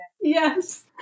Yes